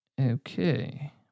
Okay